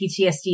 PTSD